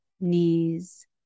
knees